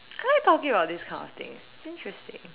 I like talking about this kind of things interesting